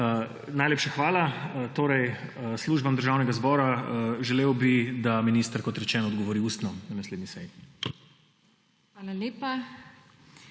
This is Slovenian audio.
Najlepša hvala službam Državnega zbora. Želel bi, da minister, kot rečeno, odgovori ustno na naslednji seji.